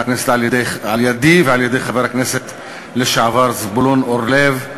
על-ידי ועל-ידי חבר הכנסת לשעבר זבולון אורלב.